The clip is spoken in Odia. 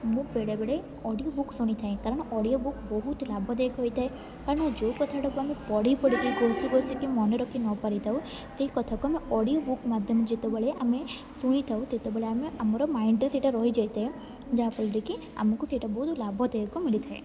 ମୁଁ ବେଳେବେଳେ ଅଡ଼ିଓ ବୁକ୍ ଶୁଣିଥାଏ କାରଣ ଅଡ଼ିଓ ବୁକ୍ ବହୁତ ଲାଭଦାୟକ ହୋଇଥାଏ କାରଣ ଯେଉଁ କଥାଟାକୁ ଆମେ ପଢ଼ି ପଢ଼ିକି ଘୋଷି ଘୋଷିକି ମନେ ରଖି ନପାରିଥାଉ ସେ କଥାକୁ ଆମେ ଅଡ଼ିଓ ବୁକ୍ ମାଧ୍ୟମରେ ଯେତେବେଳେ ଆମେ ଶୁଣିଥାଉ ସେତେବେଳେ ଆମେ ଆମର ମାଇଣ୍ଡରେ ସେଇଟା ରହିଯାଇଥାଏ ଯାହାଫଳରେ କି ଆମକୁ ସେଇଟା ବହୁତ ଲାଭଦାୟକ ମିଳିଥାଏ